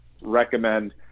recommend